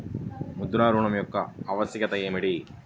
ముద్ర ఋణం యొక్క ఆవశ్యకత ఏమిటీ?